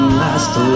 last